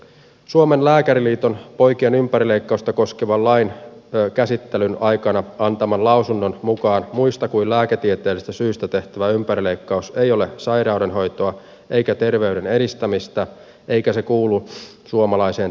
suomen lääkäriliiton poikien ympärileikkausta koskevan lain käsittelyn aikana antaman lausunnon mukaan muista kuin lääketieteellisistä syistä tehtävä ympärileikkaus ei ole sairaudenhoitoa eikä terveyden edistämistä eikä se kuulu suomalaiseen terveydenhuoltojärjestelmään